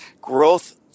Growth